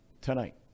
tonight